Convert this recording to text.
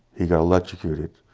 he got electrocuted.